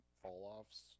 fall-offs